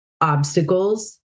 obstacles